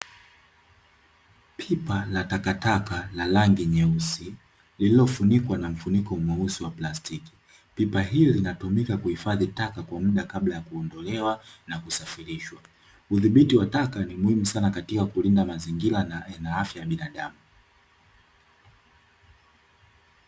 Pipa la takataka la rangi nyeusi lililofunikwa na mfuniko mweusi wa plastiki, pipa hili linatumika kuhifadhi taka kwa muda kabla ya kuondolewa na kusafirishwa . Udhibiti wa taka ni muhimu sana katika kulinda mazingira na afya ya binadamu.